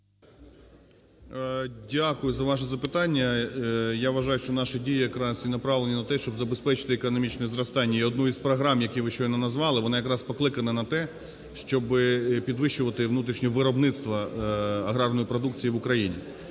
Дякую за ваше запитання. Я вважаю, що наші дії якраз і направлені на те, щоб забезпечити економічне зростання. І одну із програм, які ви щойно назвали, вона якраз і покликана на те, щоби підвищувати внутрішнє виробництво аграрної продукції в Україні.